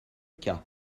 cas